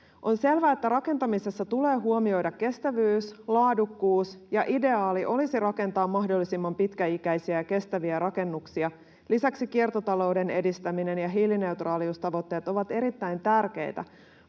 On selvää, että rakentamisessa tulee huomioida kestävyys ja laadukkuus, ja ideaali olisi rakentaa mahdollisimman pitkäikäisiä ja kestäviä rakennuksia. Lisäksi kiertotalouden edistäminen ja hiilineutraaliustavoitteet ovat erittäin tärkeitä,